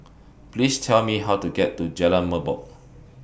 Please Tell Me How to get to Jalan Merbok